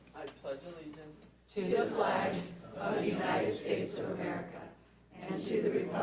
pledge allegiance to the flag of the united states of america and to the